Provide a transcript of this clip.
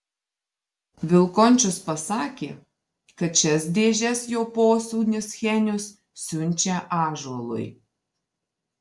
vilkončius pasakė kad šias dėžes jo posūnis henius siunčia ąžuolui